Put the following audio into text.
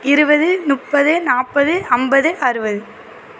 இருபது முப்பது நாற்பது ஐம்பது அறுபது